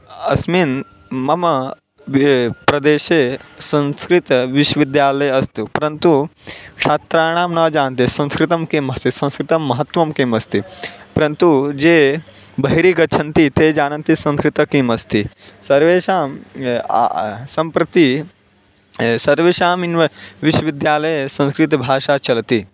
अस्मिन् मम प्रदेशे संस्कृतविश्वविद्यालयः अस्ति परन्तु छात्राणां न जानन्ति संस्कृतं किम् अस्ति संस्कृतं महत्वं किम् अस्ति परन्तु ये बहिः गच्छन्ति ते जानन्ति संस्कृतं किम् अस्ति सर्वेषां सम्प्रति सर्वेषाम् इन्वे विश्वविद्यालये संस्कृतभाषा चलति